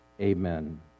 Amen